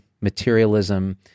materialism